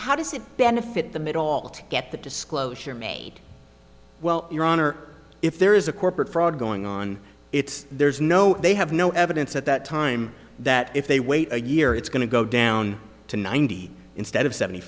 how does it benefit the middle all to get the disclosure made well your honor if there is a corporate fraud going on it's there's no they have no evidence at that time that if they wait a year it's going to go down to ninety instead of seventy